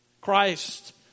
Christ